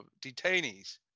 detainees